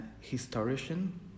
historian